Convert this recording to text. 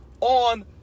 on